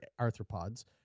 arthropods